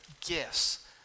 gifts